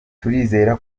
turizera